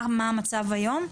מה המצב היום?